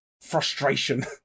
frustration